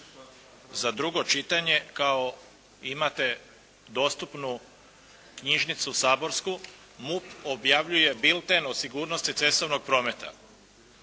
za drugo čitanje kao imate dostupnu knjižnicu saborsku, MUP objavljuje Bilten o sigurnosti cestovnog prometa.